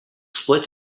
split